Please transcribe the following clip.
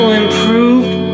improved